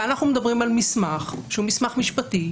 כאן אנחנו מדברים על מסמך שהוא מסמך משפטי,